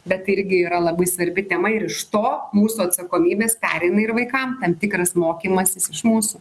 bet tai irgi yra labai svarbi tema ir iš to mūsų atsakomybės pereina ir vaikam tam tikras mokymasis iš mūsų